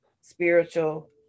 spiritual